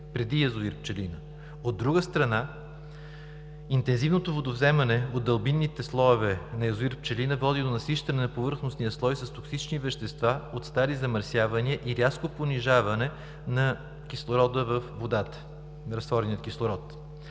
преди язовир „Пчелина“. От друга страна, интензивното водовземане от дълбинните слоеве на язовир „Пчелина“ води до насищане на повърхностния слой с токсични вещества от стари замърсявания и рязко понижаване на кислорода във водата, на разтворения кислород.